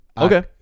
Okay